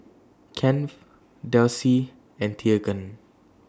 Kennth Delcie and Teagan